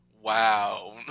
wow